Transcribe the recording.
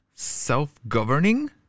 Self-governing